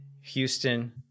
Houston